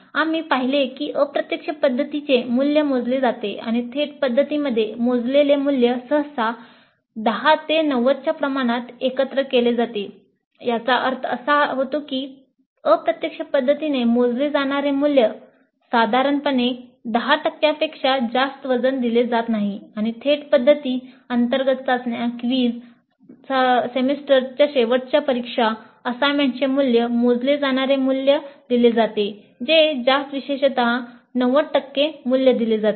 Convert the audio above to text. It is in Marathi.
आम्ही पाहिले की अप्रत्यक्ष पद्धतीचे मूल्य मोजले जाते आणि थेट पद्धतींमध्ये मोजलेले मूल्य सहसा 10 ते 90 च्या प्रमाणात एकत्र केले जाते याचा अर्थ असा होतो की अप्रत्यक्ष पद्धतीने मोजले जाणारे मूल्य साधारणपणे 10 टक्क्यांपेक्षा जास्त वजन दिले जात नाही आणि थेट पध्दती अंतर्गत चाचण्या क्विझ सेमेस्टरच्या शेवटच्या परीक्षा असाइनमेंट्सचे मूल्य मोजले जाणारे मूल्य दिले जाते ज्यामध्ये जास्त विशेषत 90 मूल्य दिले जाते